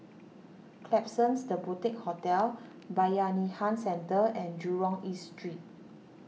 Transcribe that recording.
Klapsons the Boutique Hotel Bayanihan Centre and Jurong East Street